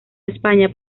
españa